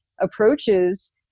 approaches